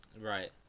Right